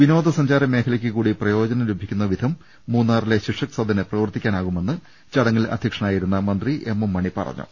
വിനോദ സഞ്ചാര മേഖലയ്ക്ക് കൂടി പ്രയോ ജനം ലഭിക്കുന്ന വിധം മൂന്നാറിലെ ശിക്ഷക് സദന് പ്രവർത്തിക്കാനാവുമെന്ന് ചടങ്ങിൽ അധൃക്ഷനായിരുന്ന മുന്ത്രി എം എം മണി പറഞ്ഞു